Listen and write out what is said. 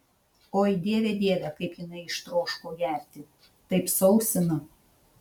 oi dieve dieve kaip jinai ištroško gerti taip sausina